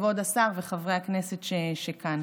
כבוד השר וחברי הכנסת שכאן.